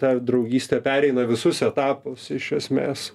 ta draugystė pereina visus etapus iš esmės